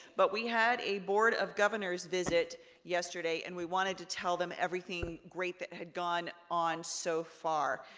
but we had a board of governors visit yesterday, and we wanted to tell them everything great that had gone on so far.